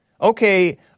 Okay